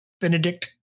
benedict